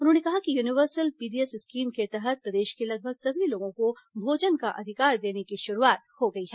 उन्होंने कहा कि यूनिवर्सिल पीडीएस स्कीम के तहत प्रदेश के लगभग सभी लोगों को भोजन का अधिकार देने की शुरूआत हो गई है